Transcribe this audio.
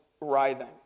writhing